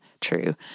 true